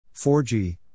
4G